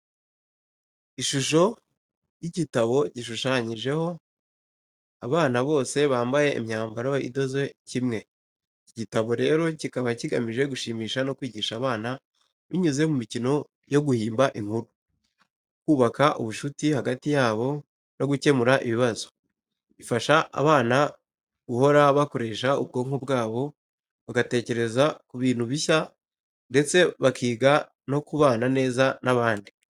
Ishusho y’igitabo, gishushanyijeho abana bose bambaye imyambaro idoze kimwe. Iki igitabo rero kikaba kigamije gushimisha no kwigisha abana binyuze mu mikino yo guhimba inkuru, kubaka ubucuti hagati yabo, no gukemura ibibazo. Ifasha abana guhora bakoresha ubwonko bwabo, bagatekereza ku bintu bishya ndetse bakiga no kubana neza n’abandi.